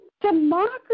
democracy